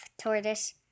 Tortoise